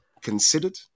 considered